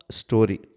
story